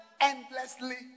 endlessly